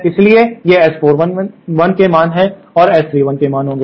इसलिए ये S41 के मान हैं और S31 के होंगे